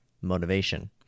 motivation